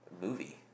movie